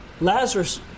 Lazarus